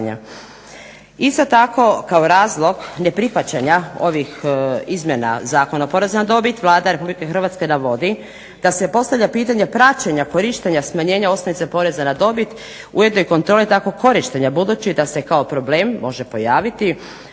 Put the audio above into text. Isto tako kao razlog neprihvaćanja ovih izmjena Zakona o porezu na dobit, Vlada Republike Hrvatske navodi da se postavlja pitanje praćenja korištenja smanjenja osnovica poreza na dobit, ujedno i kontrole takvog korištenja budući da se kao problem može pojaviti